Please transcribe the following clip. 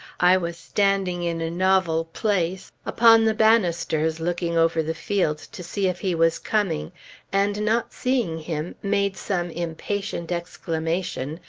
i was standing in a novel place upon the bannisters looking over the fields to see if he was coming and, not seeing him, made some impatient exclamation,